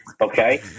okay